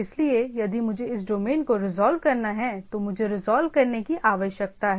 इसलिए यदि मुझे इस डोमेन को रिजॉल्व करना है तो मुझे रिजॉल्व करने की आवश्यकता है